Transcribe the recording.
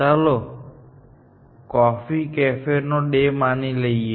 ચાલો કોફી કાફેનો ડે માની લઈએ